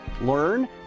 learn